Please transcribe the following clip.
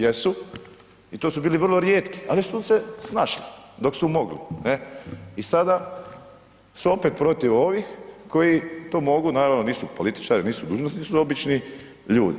Jesu i to su bili vrlo rijetki, ali su se snašli dok su mogli, ne i sada su opet protiv ovih koji to mogu, naravno nisu političari, nisu dužnosnici, to su obični ljudi.